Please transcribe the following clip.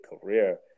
career